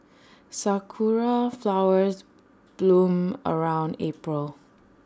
Sakura Flowers bloom around April